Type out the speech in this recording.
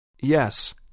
Yes